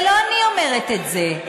ולא אני אומרת את זה.